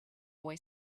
boy